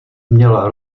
měl